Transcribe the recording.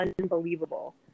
unbelievable